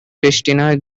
kristina